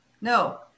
no